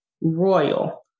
Royal